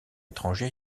étranger